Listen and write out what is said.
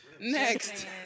Next